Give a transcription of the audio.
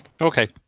Okay